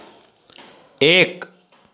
एक